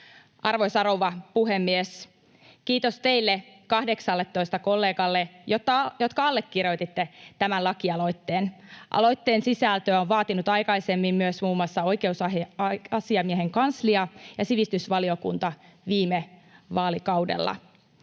Arvoisa rouva puhemies! Kiitos teille 18 kollegalle, jotka allekirjoititte tämän lakialoitteen. Aloitteen sisältöä ovat vaatineet aikaisemmin myös muun muassa Oikeusasiamiehen kanslia ja sivistysvaliokunta viime vaalikaudella.